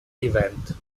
event